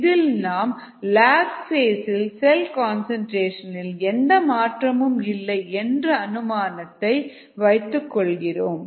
இதில் நாம் log phase இல் செல் கான்சன்ட்ரேசன்னில் எந்த மாற்றமும் இல்லை என்ற அனுமானத்தை வைத்துக் கொள்கிறோம்